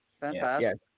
Fantastic